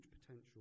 potential